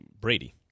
Brady